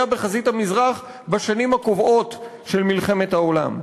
בחזית המזרח בשנים הקובעות של מלחמת העולם.